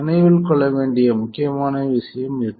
நினைவில் கொள்ள வேண்டிய முக்கியமான விஷயம் இது